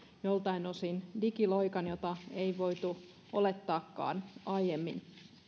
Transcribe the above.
joltain osin digiloikan jota ei voitu olettaakaan aiemmin